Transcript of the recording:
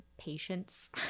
Patience